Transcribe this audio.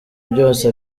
byose